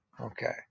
Okay